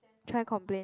try complain